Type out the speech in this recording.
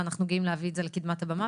אנחנו גאים להביא את זה לקדמת הבמה,